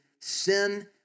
sin